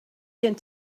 gen